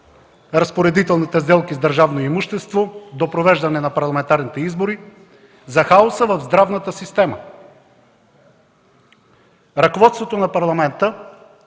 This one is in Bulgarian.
разпоредителните сделки с държавно имущество до провеждане на парламентарните избори; за хаоса в здравната система. Ръководството на Парламента